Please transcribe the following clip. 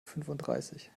fünfunddreißig